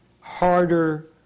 harder